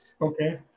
okay